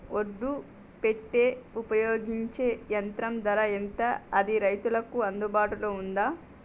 ఒడ్లు పెట్టే ఉపయోగించే యంత్రం ధర ఎంత అది రైతులకు అందుబాటులో ఉందా?